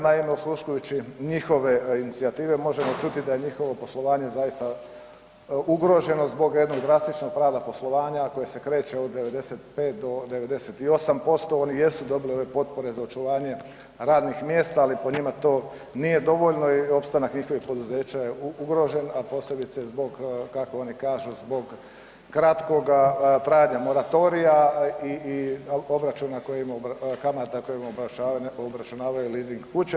Naime, osluškujući njihove inicijative možemo čuti da je njihovo poslovanje zaista ugroženo zbog jednog drastičnog pravila poslovanja koje se kreće od 95 do 98%. oni jesu dobili ove potpore za očuvanje radnih mjesta, ali po njima to nije dovoljno i opstanak njihovih poduzeća je ugrožen, a posebice zbog kako oni kažu zbog kratkoga trajanja moratorija i kamata koje im obračunavaju lizing kuće.